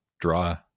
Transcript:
draw